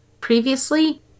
previously